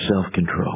self-control